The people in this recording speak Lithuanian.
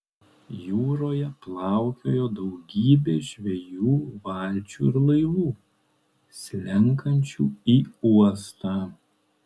jūroje plaukiojo daugybė žvejų valčių ir laivų slenkančių į uostą